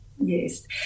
Yes